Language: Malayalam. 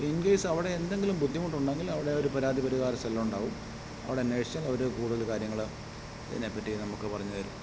ഇൻകേസ് അവിടെ എന്തെങ്കിലും ബുദ്ധിമുട്ടുണ്ടെങ്കിൽ അവിടെ ഒരു പരാതി പരിഹാര സെല്ലുണ്ടാകും അവിടെ അന്വേഷിച്ചാൽ അവര് കൂടുതൽ കാര്യങ്ങള് ഇതിനെപ്പറ്റി നമുക്ക് പറഞ്ഞുതരും